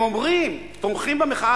הם אומרים: תומכים במחאה,